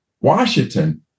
Washington